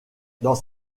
dans